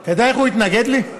אתה יודע איך הוא התנגד לי?